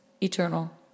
eternal